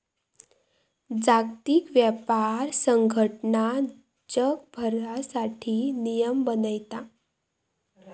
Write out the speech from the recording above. जागतिक व्यापार संघटना जगभरासाठी नियम बनयता